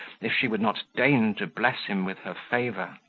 if she would not deign to bless him with her favour.